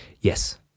Yes